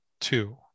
two